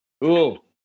Cool